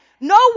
no